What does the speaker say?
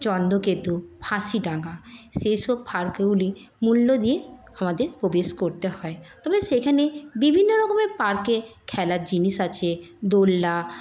চন্দ্রকেতু ফাঁসিডাঙ্গা সেসব পার্কগুলি মূল্য দিয়ে আমাদের প্রবেশ করতে হয় তবে সেখানে বিভিন্নরকমের পার্কে খেলার জিনিস আছে দোলনা